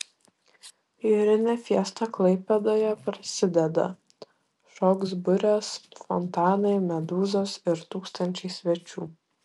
jūrinė fiesta klaipėdoje prasideda šoks burės fontanai medūzos ir tūkstančiai svečių